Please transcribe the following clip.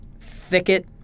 thicket